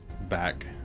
back